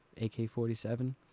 AK-47